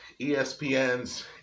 ESPN's